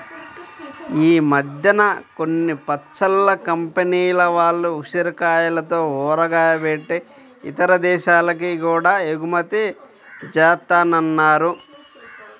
ఈ మద్దెన కొన్ని పచ్చళ్ళ కంపెనీల వాళ్ళు ఉసిరికాయలతో ఊరగాయ బెట్టి ఇతర దేశాలకి గూడా ఎగుమతి జేత్తన్నారు